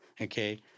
Okay